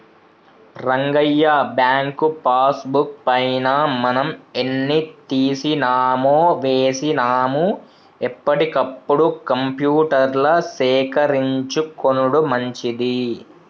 Rangayya bank passbook పైన మనం ఎన్ని తీసినామో వేసినాము ఎప్పటికప్పుడు కంప్యూటర్ల సేకరించుకొనుడు మంచిది